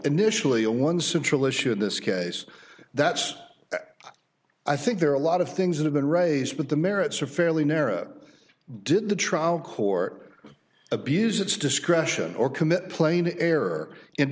initially a one central issue in this case that i think there are a lot of things that have been raised but the merits are fairly narrow did the trial court abuse its discretion or commit plain error